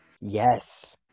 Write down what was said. yes